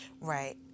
right